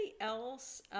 else